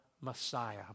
Messiah